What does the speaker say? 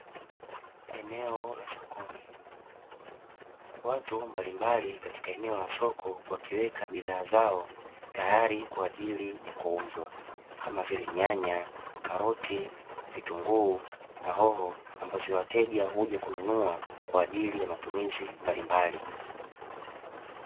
Eneo la sokoni, watu mbalimbali katika eneo la soko wakiweka bidhaa zao tayari kwa ajili ya kuuzwa kama vile nyanya, karoti, vitunguu na hoho ambazo wateja huja kununua kwa ajili ya matumizi mbalimbali.